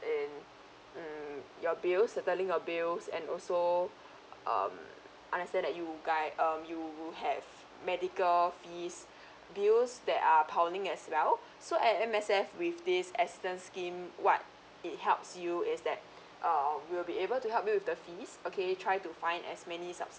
in um your bills settling your bills and also um understand that you guy um you have medical fees bills that are piling as well so at M_S_F with this assistance scheme what it helps you is that uh we'll be able to help you with the fees okay try to find as many subsidies